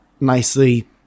nicely